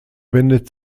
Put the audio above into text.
wendet